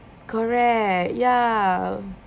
correct ya